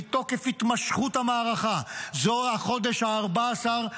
מתוקף התמשכות המערכה זה החודש ה-14,